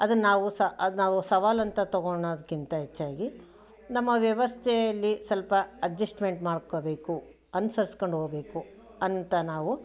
ಅದನ್ನಾವು ಸಹ ಅದು ನಾವು ಸವಾಲಂತ ತಗೊಳ್ಳೋದಕ್ಕಿಂತ ಹೆಚ್ಚಾಗಿ ನಮ್ಮ ವ್ಯವಸ್ಥೆಯಲ್ಲಿ ಸ್ವಲ್ಪ ಅಜೆಸ್ಟ್ಮೆಂಟ್ ಮಾಡ್ಕೋಬೇಕು ಅನುಸರಿಸ್ಕೊಂಡು ಹೋಗ್ಬೇಕು ಅಂತ ನಾವು